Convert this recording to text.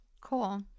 Cool